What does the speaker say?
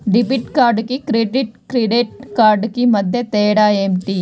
Debit కార్డుకు credit credit కార్డుకు మధ్య తేడా ఏమిటీ?